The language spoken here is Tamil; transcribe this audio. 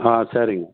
ஆ சரிங்க